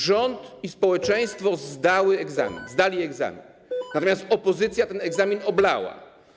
Rząd i społeczeństwo zdali egzamin, natomiast opozycja ten egzamin oblała.